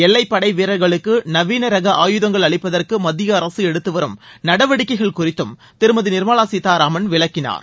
எல்லைப் படை வீரர்களுக்கு நவீன ரக ஆயுதங்கள் அளிப்பதற்கு மத்திய அரசு எடுத்து வரும் நடவடிக்கை குறித்தும் திருமதி நிர்மலா சீதாராமன் விளக்கினார்